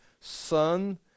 son